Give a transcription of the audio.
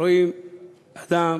רואים אדם